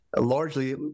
largely